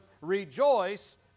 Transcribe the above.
rejoice